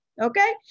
Okay